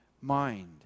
mind